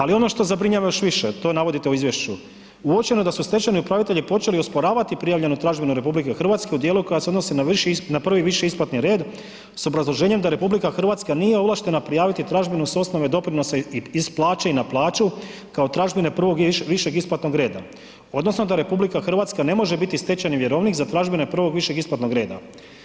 Ali ono što zabrinjava još više, to navodite u izvješću, uočeno je da su stečajni upravitelji počeli osporavati prijavljenu tražbinu RH u dijelu koja se odnosi na prvi viši isplatni red s obrazloženjem da RH nije ovlaštena prijaviti tražbinu s osnove doprinosa iz plaće i na plaću kao tražbine prvog višeg isplatnog reda odnosno da RH ne može biti stečajni vjerovnik za tražbine prvog višeg isplatnog reda.